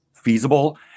feasible